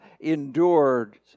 endured